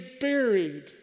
buried